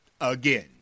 Again